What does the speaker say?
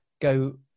go